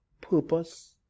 purpose